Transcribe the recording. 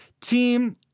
team